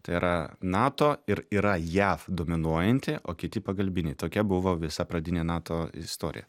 tai yra nato ir yra jav dominuojanti o kiti pagalbiniai tokia buvo visa pradinė nato istorija